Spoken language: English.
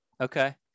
Okay